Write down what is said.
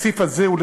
התקציב הזה הוא,